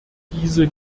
diese